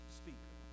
speaker